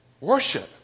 Worship